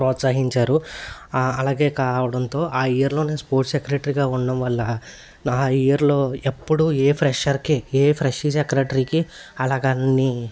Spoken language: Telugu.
ప్రోత్సహించారు అలాగే కావడంతో ఆ ఇయర్లో నేను స్పోర్ట్స్ సెక్రటరీగా ఉండటం వల్ల నా ఇయర్లో ఎప్పుడూ ఏ ఫ్రెషర్కి ఏ ఫ్రెషీ సెక్రటరీకి అలాగా అన్ని